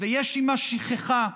ויש עימה שכחה,